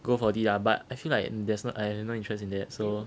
go for it lah but I feel like there's no I have no interest in that so